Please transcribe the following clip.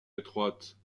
étroite